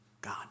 God